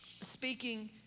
speaking